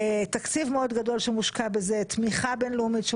תקציב מאוד גדול שמושקעת בזה תמיכה בין-לאומית,